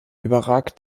überragt